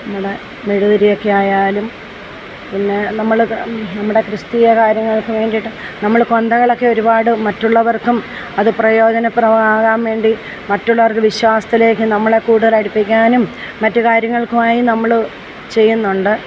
നമ്മുടെ മെഴുകുതിരിയൊക്കെ ആയാലും പിന്നെ നമ്മൾ നമ്മുടെ ക്രിസ്തിയ കാര്യങ്ങൾക്ക് വേണ്ടിയിട്ടും നമ്മൾ കൊന്തകളൊക്കെ ഒരുപാട് മറ്റുള്ളവർക്കും അത് പ്രയോജനപ്രദമാകാൻ വേണ്ടി മറ്റുള്ളവർക്ക് വിശ്വാസത്തിലേക്ക് നമ്മളെ കൂടുതൽ അടുപ്പിക്കാനും മറ്റു കാര്യങ്ങൾക്കുമായി നമ്മൾ ചെയ്യുന്നുണ്ട്